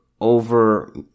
over